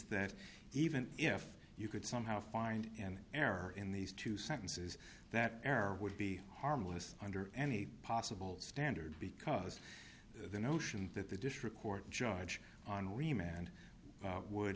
that even if you could somehow find an error in these two sentences that error would be harmless under any possible standard because the notion that the district court judge on